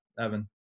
evan